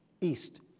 East